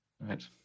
Right